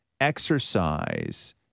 exercise